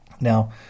Now